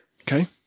Okay